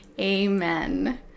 amen